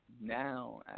now